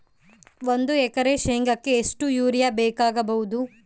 ಒಂದು ಎಕರೆ ಶೆಂಗಕ್ಕೆ ಎಷ್ಟು ಯೂರಿಯಾ ಬೇಕಾಗಬಹುದು?